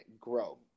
grow